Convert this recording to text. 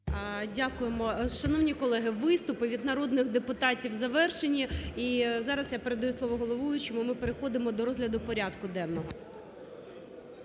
Дякуємо. Шановні колеги, виступи від народних депутатів завершені і зараз я передаю слово головуючому, і ми переходимо до розгляду порядку денного.